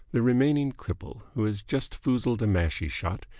the remaining cripple, who has just foozled a mashie-shot,